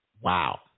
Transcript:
Wow